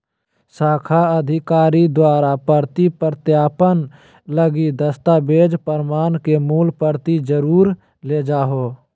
शाखा अधिकारी द्वारा प्रति सत्यापन लगी दस्तावेज़ प्रमाण के मूल प्रति जरुर ले जाहो